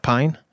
Pine